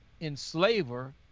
enslaver